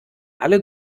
alle